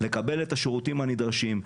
לקבל את השירותים הנדרשים,